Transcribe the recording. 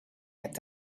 het